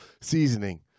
seasoning